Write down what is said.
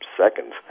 seconds